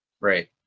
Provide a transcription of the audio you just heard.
Right